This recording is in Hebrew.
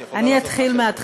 את יכולה, אני אתחיל מהתחלה.